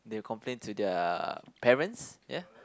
they'll complain to their parents ya